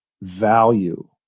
value